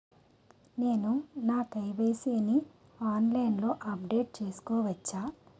నేను నా కే.వై.సీ ని ఆన్లైన్ లో అప్డేట్ చేసుకోవచ్చా?